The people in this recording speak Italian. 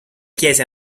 chiese